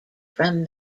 from